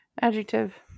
Adjective